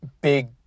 big